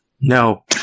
No